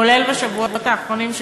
כולל בשבועות האחרונים,